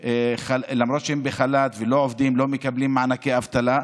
שלמרות שהם בחל"ת ולא עובדים הם לא מקבלים מענקי אבטלה.